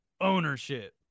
ownership